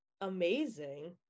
amazing